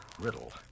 riddle